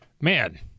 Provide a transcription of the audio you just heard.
man